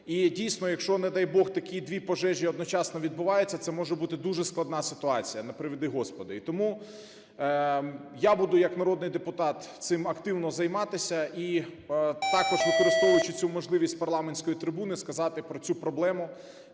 І, дійсно, якщо, не дай Бог, такі дві пожежі одночасно відбуваються, це може бути дуже складна ситуація. Не приведи Господи! І тому я буду як народний депутат цим активно займатися, і також, використовуючи цю можливість, з парламентської трибуни сказати про цю проблему,